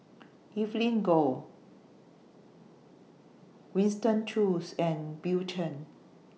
Evelyn Goh Winston Choos and Bill Chen